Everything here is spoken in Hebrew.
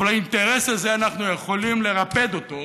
אבל האינטרס הזה, אנחנו יכולים לרפד אותו